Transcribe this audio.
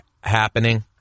happening